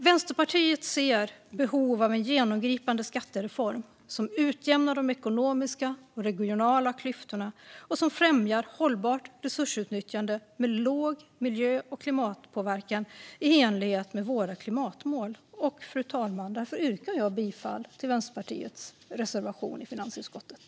Vänsterpartiet ser behov av en genomgripande skattereform som utjämnar de ekonomiska och regionala klyftorna och som främjar hållbart resursutnyttjande med låg miljö och klimatpåverkan i enlighet med våra klimatmål. Fru talman! Därför yrkar jag bifall till Vänsterpartiets reservationer i betänkandet.